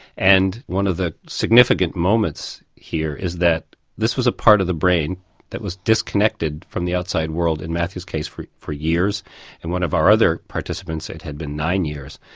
and one of the significant moments here is that this was a part of the brain that was disconnected from the outside world in matthew's case for for years and in one of our other participants it had been nine years.